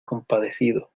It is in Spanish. compadecido